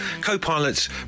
Co-pilot's